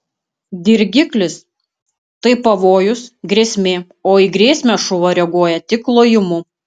dirgiklis tai pavojus grėsmė o į grėsmę šuo reaguoja tik lojimu